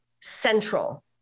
central